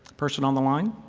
person on the line?